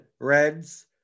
Reds